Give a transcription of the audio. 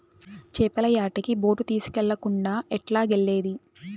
చేపల యాటకి బోటు తీస్కెళ్ళకుండా ఎట్టాగెల్లేది